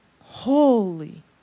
Holy